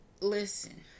Listen